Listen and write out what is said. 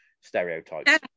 stereotypes